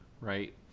right